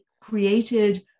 created